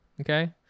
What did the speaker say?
Okay